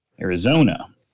Arizona